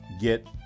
get